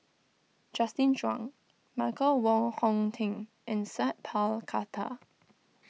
Justin Zhuang Michael Wong Hong Teng and Sat Pal Khattar